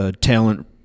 talent